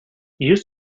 use